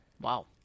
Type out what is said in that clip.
Wow